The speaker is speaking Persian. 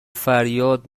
فریاد